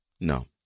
No